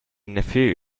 nephew